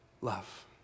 Love